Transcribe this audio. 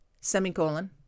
semicolon